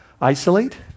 isolate